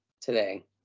today